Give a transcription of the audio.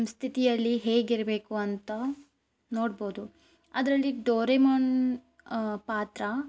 ಸ್ಥಿತಿಯಲ್ಲಿ ಹೇಗಿರಬೇಕು ಅಂತ ನೋಡ್ಬೋದು ಅದರಲ್ಲಿ ಡೋರೆಮೋನ್ ಪಾತ್ರ